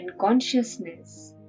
consciousness